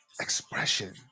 expression